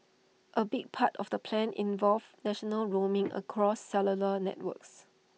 A big part of the plan involves national roaming across cellular networks